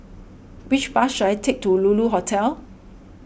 which bus should I take to Lulu Hotel